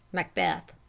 macbeth.